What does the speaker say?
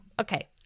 Okay